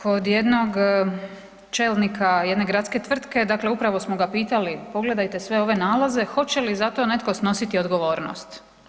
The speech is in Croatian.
Kod jednog čelnika jedne gradske tvrtke, dakle upravo smo ga pitali pogledajte sve ove nalaze, hoće li za to netko snositi odgovornost?